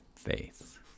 faith